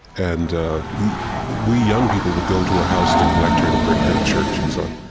and we young people would go to her house to collect her, to bring her to church and so on.